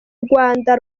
rwanda